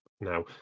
now